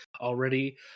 already